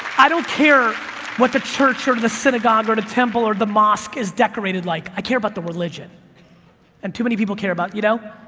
i don't care what the church or the synagogue, or the temple or the mosque is decorated like, i care about the religion and too many people care about, you know.